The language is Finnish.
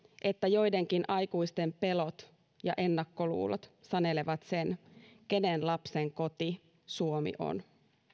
että joidenkin aikuisten pelot ja ennakkoluulot sanelevat sen kenen lapsen koti suomi on